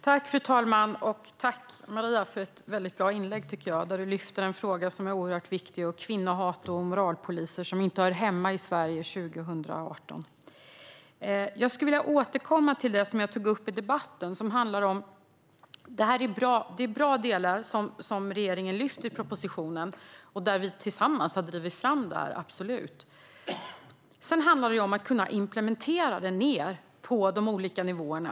Fru talman! Tack för ett bra inlägg, Maria! Du lyfter fram en fråga som är oerhört viktig, nämligen kvinnohat och moralpoliser. Det hör inte hemma i Sverige 2018. Jag skulle vilja återkomma till det jag tog upp i debatten. Det är bra delar som regeringen lyfter fram i propositionen, och vi har tillsammans drivit fram detta - absolut. Men sedan handlar det ju om att kunna implementera det nere på de olika nivåerna.